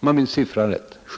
om jag minns siffran rätt.